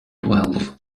twelve